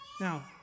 Now